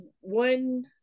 one